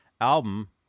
album